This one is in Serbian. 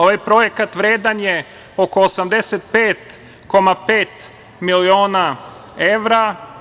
Ovaj projekat, vredan je oko 85,5 miliona evra.